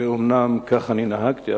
ואומנם כך אני נהגתי,